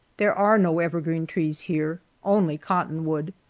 there are no evergreen trees here, only cottonwood.